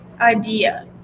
idea